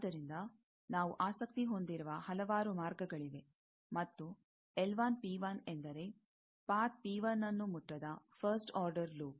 ಆದ್ದರಿಂದ ನಾವು ಆಸಕ್ತಿ ಹೊಂದಿರುವ ಹಲವಾರು ಮಾರ್ಗಗಳಿವೆ ಮತ್ತು ಎಂದರೆ ಪಾತ್ ಪಿ1ನ್ನು ಮುಟ್ಟದ ಫಸ್ಟ್ ಆರ್ಡರ್ ಲೂಪ್